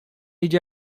idzie